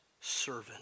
servant